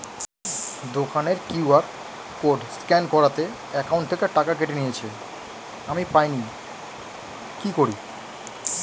দোকানের QR code scan করাতে account থেকে টাকা কেটে নিয়েছে, আমি পাইনি কি করি?